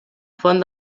font